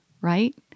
right